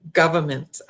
government